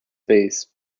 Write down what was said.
base